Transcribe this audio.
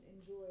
enjoy